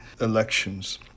elections